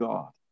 God